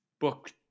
Book